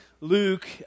Luke